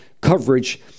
coverage